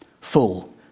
full